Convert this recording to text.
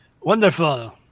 Wonderful